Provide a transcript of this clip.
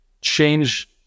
change